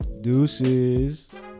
Deuces